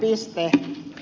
piste